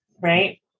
right